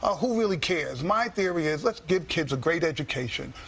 ah who really cares? my theory is, let's give kids a great education.